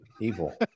evil